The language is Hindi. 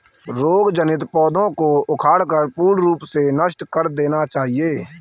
रोग जनित पौधों को उखाड़कर पूर्ण रूप से नष्ट कर देना चाहिये